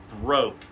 broke